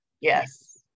Yes